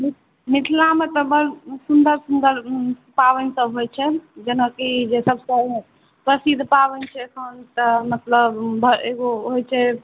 मि मिथिलामे तऽ बड़ सुन्दर सुन्दर पाबनि सब होइ छै जेनाकि जे सबसँ प्रसिद्ध पाबनि छै हँ तऽ मतलब एगो होइ छै